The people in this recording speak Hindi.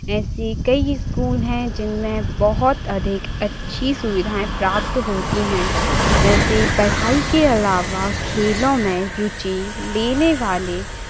ऐसे कई स्कूल हैं जिनमें बहुत अधिक अच्छी सुविधाएँ प्राप्त होती हैं जैसे पढ़ाई के अलावा खेलों में रुचि लेने वाले